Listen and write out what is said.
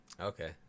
Okay